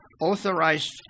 authorized